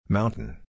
Mountain